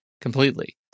completely